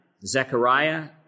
Zechariah